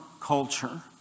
culture